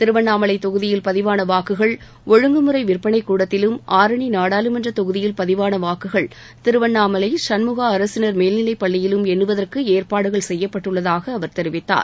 திருவண்ணாமலை தொகுதியில் பதிவான வாக்குகள் ஒழுங்குமுறை விற்பனைக் கூடத்திலும் ஆரணி நாடாளுமன்ற தொகுதியில் பதிவாள வாக்குகள் திருவண்ணாமலை சண்முகா அரசினர் மேல்நிலைப்பள்ளியிலும் என்னுவதற்கு ஏற்பாடுகள் செய்யப்பட்டுள்ளதாக அவர் தெரிவித்தார்